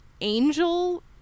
angel